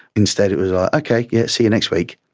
instead it was ah okay, yeah see you next week'.